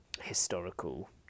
historical